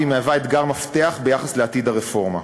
והיא מהווה אתגר מפתח ביחס לעתיד הרפורמה.